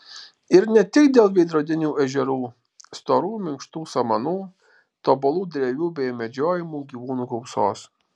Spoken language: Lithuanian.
ir ne tik dėl veidrodinių ežerų storų minkštų samanų tobulų drevių bei medžiojamų gyvūnų gausos